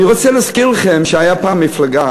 אני רוצה להזכיר לכם שהייתה פעם מפלגה